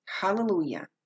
Hallelujah